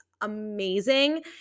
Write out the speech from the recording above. amazing